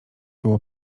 było